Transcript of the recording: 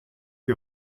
die